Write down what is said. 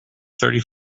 thirty